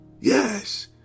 Yes